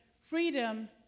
freedom